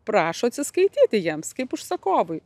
prašo atsiskaityti jiems kaip užsakovui